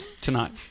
Tonight